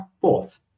fourth